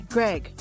Greg